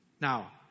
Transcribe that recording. Now